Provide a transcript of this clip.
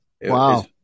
Wow